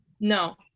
no